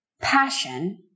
passion